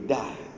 die